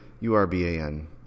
U-R-B-A-N